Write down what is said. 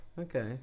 Okay